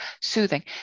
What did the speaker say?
soothing